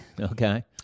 Okay